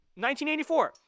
1984